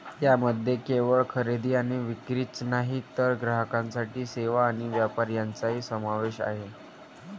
यामध्ये केवळ खरेदी आणि विक्रीच नाही तर ग्राहकांसाठी सेवा आणि व्यापार यांचाही समावेश आहे